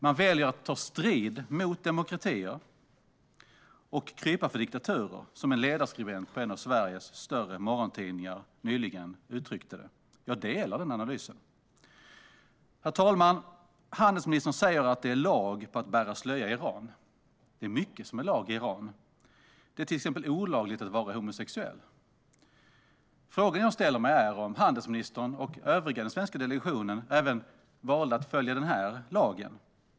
Man väljer att ta strid mot demokratier och krypa för diktaturer, som en ledarskribent på en av Sveriges större morgontidningar nyligen uttryckte det. Jag instämmer i den analysen. Herr talman! Handelsministern säger att det är lag på att bära slöja i Iran. Det är mycket som är lag i Iran. Det är till exempel olagligt att vara homosexuell. Frågan jag ställer mig är om handelsministern och den övriga svenska delegationen valde att följa även den lagen.